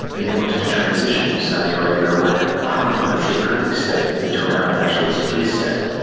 had wanted to transition saudi arabia away from a hard-line theocratic state into an arab nationalist police state.